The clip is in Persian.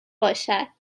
باشد